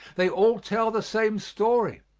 they all tell the same story,